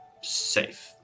safe